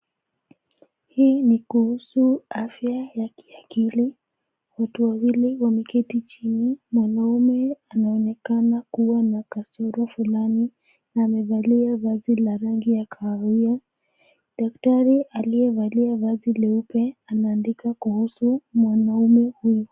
Hii ni kuhusu afya ya kiakili. Watu wawili wameketi chini. Mwanaume anaonekana kua na kasoro fulani, na amevalia vazi la rangi ya kahawia. Daktari aliyevalia vazi leupe anaandika kuhusu mwanaume huyu.